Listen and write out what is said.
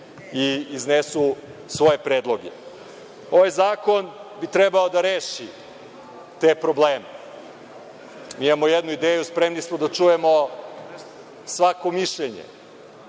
i iznesu svoje predloge. Ovaj zakon bi trebalo da reši te probleme. Imamo jednu ideju, spremni smo da čujemo svako mišljenje